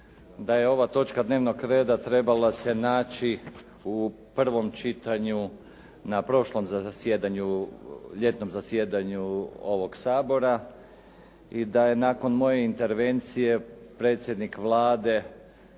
da je ova točka dnevnog reda trebala se naći u prvom čitanju na prošlom zasjedanju, ljetnom zasjedanju ovog Sabora i da je nakon moje intervencije predsjednik Vlade